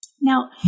Now